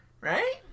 Right